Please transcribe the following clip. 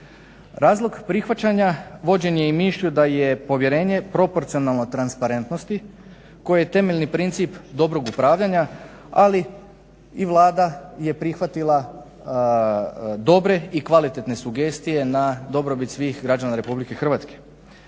Razlog prihvaćanja vođen je i mišlju da je povjerenje proporcionalno transparentnosti koje je temeljni princip dobrog upravljanja ali i Vlada je prihvatila dobre i kvalitetne sugestije na dobrobit svih građana RH.